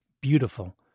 beautiful